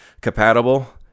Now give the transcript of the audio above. compatible